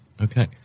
Okay